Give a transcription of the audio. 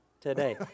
today